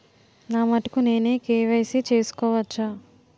నా మటుకు నేనే కే.వై.సీ చేసుకోవచ్చా?